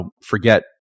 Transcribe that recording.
Forget